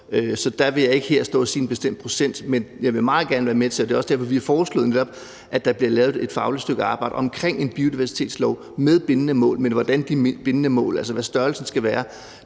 Så der vil jeg ikke stå her og sige en bestemt procent. Men jeg vil meget gerne være med til det, og det er også derfor, vi netop har foreslået, at der bliver lavet et fagligt stykke arbejde omkring en biodiversitetslov med bindende mål. Men hvad størrelsen skal være